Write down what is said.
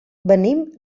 venim